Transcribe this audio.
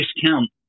discount